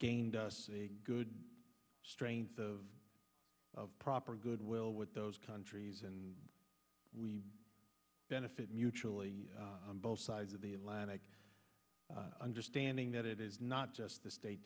gained a good strength of of proper goodwill with those countries and we benefit mutually both sides of the atlantic understanding that it is not just the state